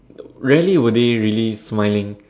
rarely were they really smiling